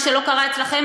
מה שלא קרה אצלכם,